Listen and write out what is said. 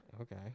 Okay